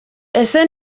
ese